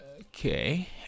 Okay